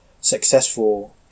successful